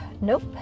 Nope